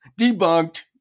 Debunked